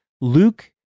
Luke